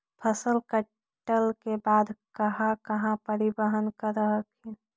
फसल कटल के बाद कहा कहा परिबहन कर हखिन?